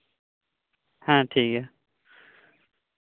ᱦᱩᱸ